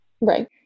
Right